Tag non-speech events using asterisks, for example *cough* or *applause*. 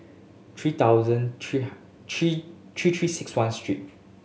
three thousand three *unintelligible* three three Three Six One street